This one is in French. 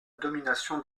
domination